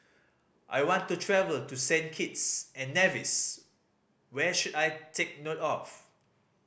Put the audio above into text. I want to travel to Saint Kitts and Nevis where should I take note of